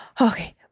Okay